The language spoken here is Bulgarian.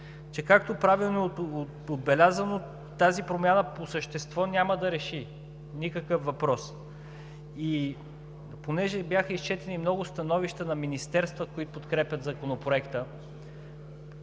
че, както правилно е отбелязано, тази промяна по същество няма да реши никакъв въпрос. Понеже бяха изчетени много становища на министерства, които подкрепят Законопроекта,